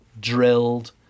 drilled